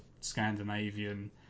Scandinavian